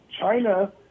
china